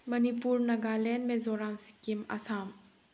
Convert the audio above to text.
Manipur Nagaland Mizoram Sikkim Assam